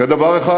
זה דבר אחד.